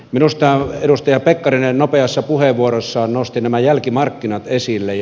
minusta edustaja pekkarinen nopeassa puheenvuorossaan nosti nämä jälkimarkkinat esille